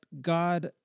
God